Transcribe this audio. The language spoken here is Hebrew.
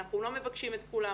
אנחנו לא מבקשים את כולם,